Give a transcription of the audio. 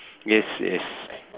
yes yes